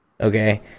Okay